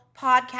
podcast